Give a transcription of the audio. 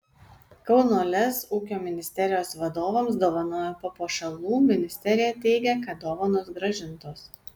kauno lez ūkio ministerijos vadovams dovanojo papuošalų ministerija teigia kad dovanos grąžintos